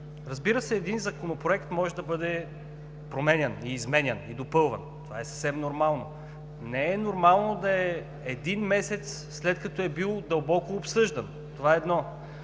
разбира се, един Законопроект може да бъде променян, изменян и допълван. Това е съвсем нормално – не е нормално да е един месец, след като е бил дълбоко обсъждан. Това, едно.